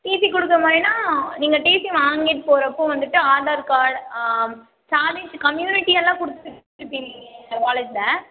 DC கொடுக்குற மாதிரினா நீங்கள் டிசி வாங்கிட்டு போகிறப்போ வந்துட்டு ஆதார் கார்டு சாதி கம்யூனிட்டியெல்லாம் கொடுத்துருக்கிங்களா காலேஜில்